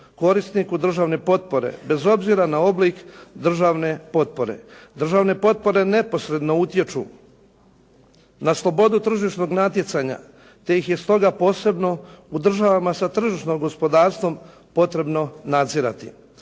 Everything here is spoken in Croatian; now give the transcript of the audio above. korisniku državne potpore bez obzira na oblik državne potpore. Državne potpore neposredno utječu na slobodu tržišnog natjecanja te ih je stoga posebno u državama sa tržišnim gospodarstvom potrebno nadzirati.